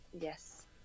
yes